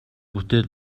бүтээл